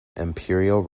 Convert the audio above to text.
imperial